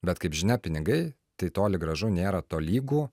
bet kaip žinia pinigai tai toli gražu nėra tolygu